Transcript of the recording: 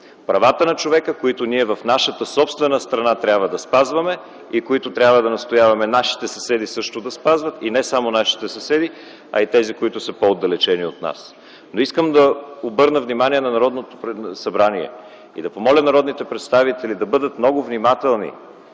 правата на човека, които ние в нашата собствена страна трябва да спазваме и които трябва да настояваме нашите съседи също да спазват и не само нашите съседи, а и тези, които са по-отдалечени от нас. Искам да обърна внимание на Народното събрание и да помоля народните представители да бъдат много внимателни,